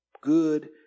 good